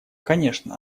конечно